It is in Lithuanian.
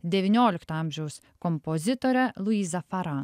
devyniolikto amžiaus kompozitorę luizą faran